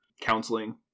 counseling